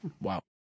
wow